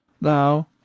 thou